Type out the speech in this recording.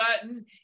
button